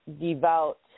devout